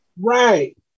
Right